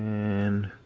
and